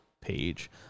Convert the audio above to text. page